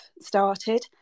started